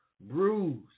bruised